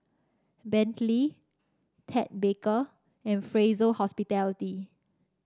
Bentley Ted Baker and Fraser Hospitality